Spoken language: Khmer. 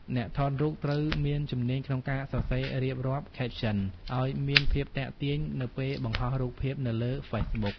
អ្នកថតរូបត្រូវមានជំនាញក្នុងការសរសេររៀបរាប់ Captions ឱ្យមានភាពទាក់ទាញនៅពេលបង្ហោះរូបភាពនៅលើហ្វេសប៊ុក។